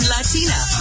Latina